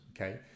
okay